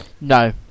no